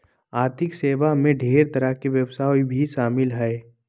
आर्थिक सेवा मे ढेर तरह के व्यवसाय भी शामिल हय